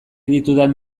ditudan